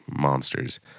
monsters